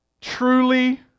truly